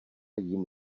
jím